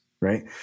right